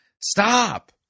stop